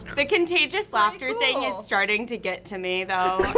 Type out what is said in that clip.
the contagious laughter thing is starting to get to me though.